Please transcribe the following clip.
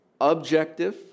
objective